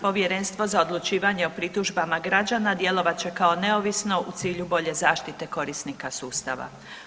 Povjerenstvo za odlučivanje o pritužbama građana djelovat će kao neovisno u cilju bolje zaštite korisnika sustava.